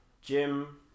gym